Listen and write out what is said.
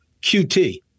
QT